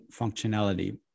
functionality